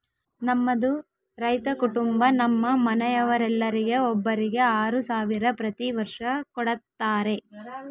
ನಮ್ಮದು ರೈತ ಕುಟುಂಬ ನಮ್ಮ ಮನೆಯವರೆಲ್ಲರಿಗೆ ಒಬ್ಬರಿಗೆ ಆರು ಸಾವಿರ ಪ್ರತಿ ವರ್ಷ ಕೊಡತ್ತಾರೆ